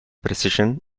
precision